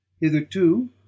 hitherto